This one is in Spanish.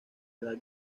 edad